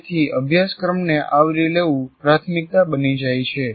તેથી અભ્યાસક્રમને આવરી લેવું પ્રાથમિકતા બની જાય છે